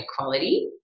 equality